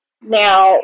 Now